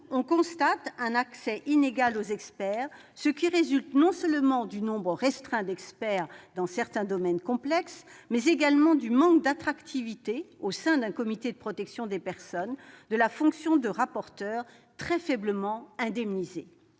En outre, l'accès aux experts est inégal, ce qui résulte non seulement de leur nombre restreint dans certains domaines complexes, mais également du manque d'attractivité, au sein des comités de protection des personnes, de la fonction de rapporteur, très faiblement indemnisée.